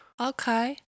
okay